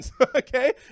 okay